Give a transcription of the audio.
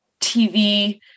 TV